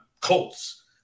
Colts